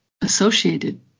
associated